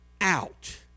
out